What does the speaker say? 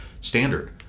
standard